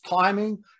timing